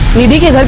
we have